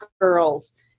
girls